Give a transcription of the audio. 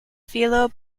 philo